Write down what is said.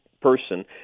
person